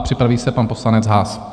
Připraví se pan poslanec Haas.